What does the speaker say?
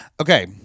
Okay